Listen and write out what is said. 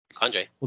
Andre